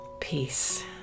Peace